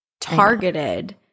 targeted